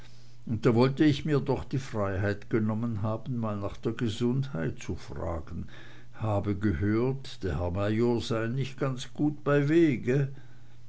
und da wollt ich mir doch die freiheit genommen haben mal nach der gesundheit zu fragen habe gehört der herr major seien nicht ganz gut bei wege